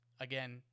again